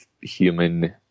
human